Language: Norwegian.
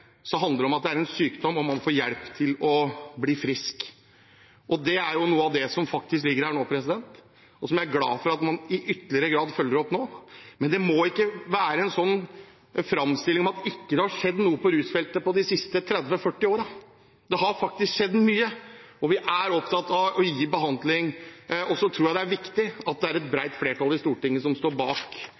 handler det om at det en sykdom, og man må få hjelp til å bli frisk. Det er noe av det som faktisk ligger bak, og som jeg er glad for at man i ytterligere grad følger opp nå. Men det må ikke være en framstilling om at det ikke har skjedd noe på rusfeltet de siste 30–40 årene. Det har faktisk skjedd mye, og vi er opptatt av å gi behandling. Jeg tror det er viktig at det er et bredt flertall i Stortinget som står bak